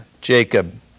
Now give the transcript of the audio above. Jacob